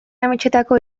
ametsetako